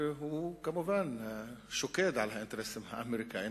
והוא כמובן שוקד על האינטרסים האמריקניים,